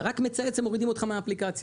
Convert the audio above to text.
רק נצייץ הם מורידים אותך מהאפליקציה.